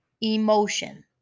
emotion